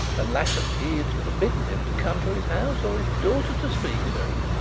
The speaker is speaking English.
and latterly he had forbidden him to come to his house or his daughter to speak to him.